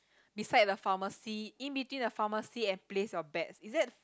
beside the pharmacy in between the pharmacy and place your bets is that